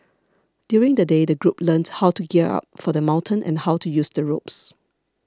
during the day the group learnt how to gear up for the mountain and how to use the ropes